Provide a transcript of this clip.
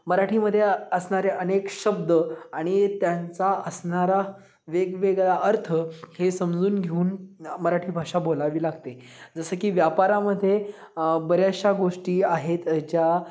मराठीमध्ये असणारे अनेक शब्द आणि त्यांचा असणारा वेगवेगळा अर्थ हे समजून घेऊन मराठी भाषा बोलावी लागते जसं की व्यापारामध्ये बऱ्याचशा गोष्टी आहेत ज्या